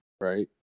right